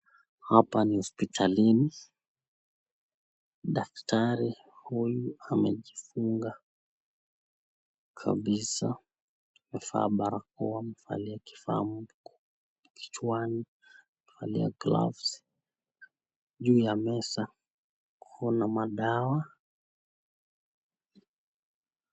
Hapa ni hospitalini, daktari huyu amejifunga kabisa. Amevaa barakoa, amevalia kifaa maalum kichwani, amevalia glavu. Juu ya meza kuna madawa.